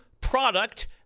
product